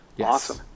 Awesome